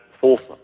fulsome